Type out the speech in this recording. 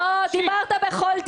אתה דיברת בכל דיון.